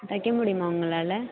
தைக்க முடியமா உங்களால்